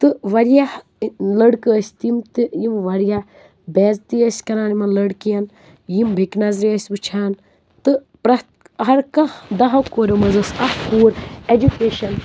تہٕ وارِیاہ لڑکہٕ ٲسۍ تِم تہِ یِم وارِیاہ بےعزتی ٲسۍ کَران یِمن لڑکِین یِم بٮ۪کہِ نظرِ ٲسۍ وٕچھان تہٕ پرٮ۪تھ ہر کانٛہہ دَہو کوریٚو منٛز ٲسی اَکھ کوٗر ایٚجُوکیشن